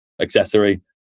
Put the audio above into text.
accessory